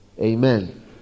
Amen